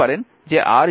ঠিক আছে